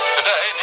Today